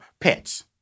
pets